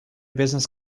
business